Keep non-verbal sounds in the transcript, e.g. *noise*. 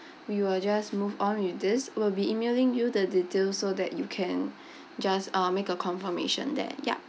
we will just move on with this we'll be emailing you the details so that you can *breath* just uh make a confirmation there yup